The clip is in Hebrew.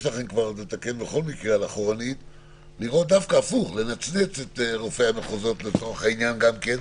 לכם לתקן תנצנצו את רופאי המחוזות גם כן,